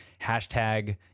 hashtag